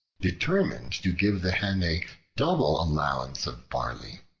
determined to give the hen a double allowance of barley.